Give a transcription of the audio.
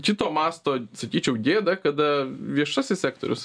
kito masto sakyčiau gėda kada viešasis sektorius